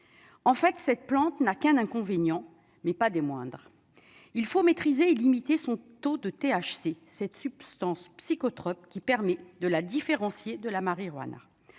en fait cette plante n'a qu'un inconvénient, mais pas des moindres, il faut maîtriser illimité, son taux de THC cette substance psychotrope qui permet de la différencier de la marijuana,